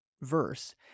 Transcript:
verse